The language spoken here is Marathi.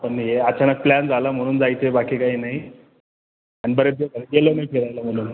पण हे अचानक प्लॅन झाला म्हणून जायचं आहे बाकी काही नाही आणि बरेच दिवस गेलो नाही फिरायला म्हणून